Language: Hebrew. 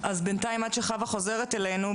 עד שחוה חוזרת אלינו,